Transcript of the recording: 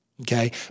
Okay